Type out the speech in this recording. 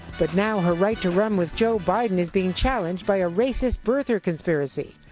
but now her right to run with joe biden is being challenged by a racist birther conspiracy.